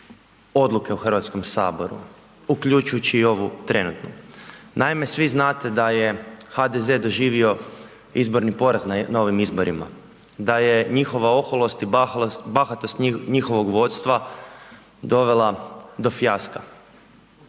odluke u HS, uključujući i ovu trenutnu. Naime, svi znate da je HDZ doživio izborni poraz na ovim izborima, da je njihova oholost i bahatost njihovog vodstva dovela do fijaska,